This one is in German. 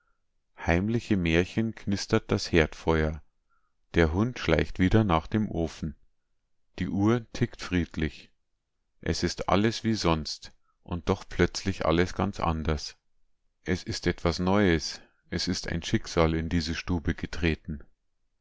heimliche märchen knistert das herdfeuer der hund schleicht wieder nach dem ofen die uhr tickt friedlich es ist alles wie sonst und doch plötzlich alles ganz anders es ist etwas neues es ist ein schicksal in diese stube getreten